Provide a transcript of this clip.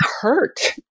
hurt